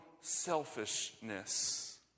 selfishness